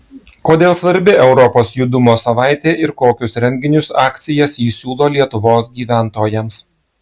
kodėl svarbi europos judumo savaitė ir kokius renginius akcijas ji siūlo lietuvos gyventojams